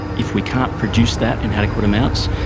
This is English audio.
if we can't produce that in adequate amounts,